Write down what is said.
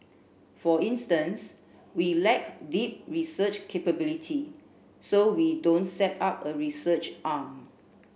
for instance we lack deep research capability so we don't set up a research arm